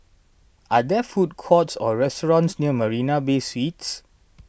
are there food courts or restaurants near Marina Bay Suites